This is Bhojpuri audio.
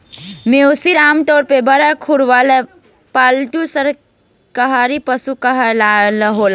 मवेशी आमतौर पर बड़ खुर वाला पालतू शाकाहारी पशु होलेलेन